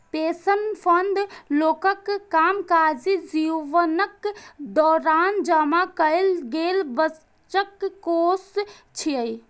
pension fund लोकक कामकाजी जीवनक दौरान जमा कैल गेल बचतक कोष छियै